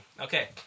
Okay